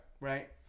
right